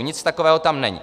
Nic takového tam není.